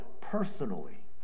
personally